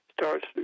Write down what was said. starts